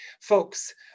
folks